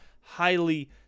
highly